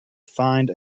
find